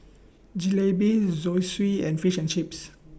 Jalebi Zosui and Fish and Chips